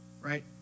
right